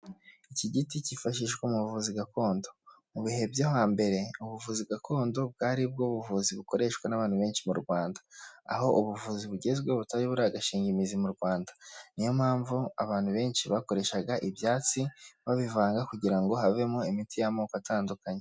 Iki giti cyifashishwa mu buvuzi gakondo mu bihe byo hambere ubuvuzi gakondo bwari bwo buvuzi bukoreshwa n'abantu benshi mu rwanda aho ubuvuzi bugezweho butari buragashinga imizi mu rwanda niyo mpamvu abantu benshi bakoreshaga ibyatsi babivanga kugira havemo imiti y'amoko atandukanye.